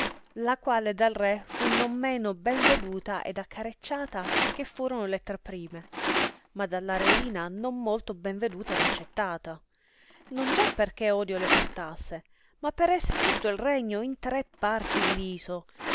la quale dal re fu non meno ben veduta ed accarrecciata che furono le tre prime ma dalla reina non molto ben veduta ed accettata non già perchè odio le portasse ma per esser tutto il regno in tre parti diviso